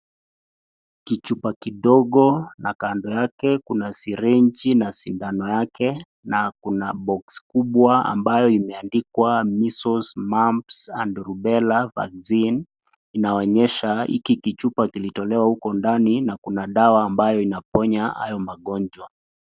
Kichupa kidogo na kando yake kuna syringe na sindano yake na kuna box kubwa ambayo imeandikwa Measles, Mumps and Rubella Vaccine inaonyesha hiki chupa kilitolewa huko ndani na kuna dawa ambayo inapoya hayo magonjwa.